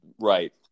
right